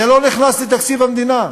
זה לא נכנס לתקציב המדינה,